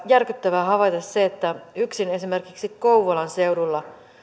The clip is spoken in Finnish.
järkyttävää havaita se että yksin esimerkiksi kouvolan seudulla